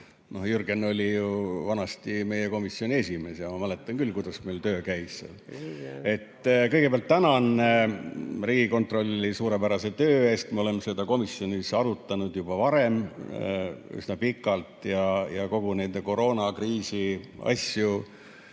Jürgen oli ju vanasti meie komisjoni esimees ja ma mäletan küll, kuidas meil töö käis. Kõigepealt tänan Riigikontrolli suurepärase töö eest! Me oleme seda komisjonis arutanud juba varem üsna pikalt ja kõiki neid koroonakriisi asju.